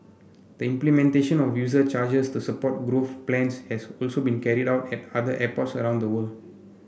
the implementation of user charges to support growth plans has also been carried out at other airports around the world